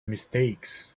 mistakes